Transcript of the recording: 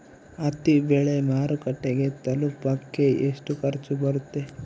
ಹತ್ತಿ ಬೆಳೆ ಮಾರುಕಟ್ಟೆಗೆ ತಲುಪಕೆ ಎಷ್ಟು ಖರ್ಚು ಬರುತ್ತೆ?